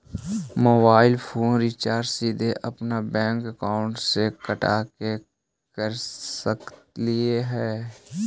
Mobile phone recharge सीधे अपन bank account से कटा के कर सकली ही?